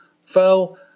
fell